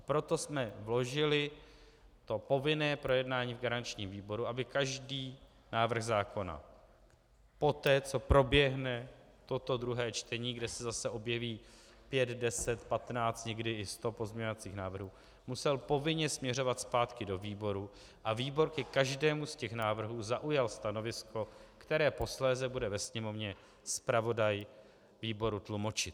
Proto jsme vložili to povinné projednání v garančním výboru, aby každý návrh zákona poté, co proběhne toto druhé čtení, kde se zase objeví 5, 10, 15, někdy i 100 pozměňovacích návrhů, musel povinně směřovat zpátky do výboru a výbor by ke každému z těch návrhů zaujal stanovisko, které posléze bude ve Sněmovně zpravodaj výboru tlumočit.